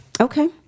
Okay